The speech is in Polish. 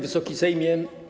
Wysoki Sejmie!